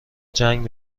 جنگ